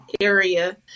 area